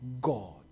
God